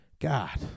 god